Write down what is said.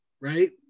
right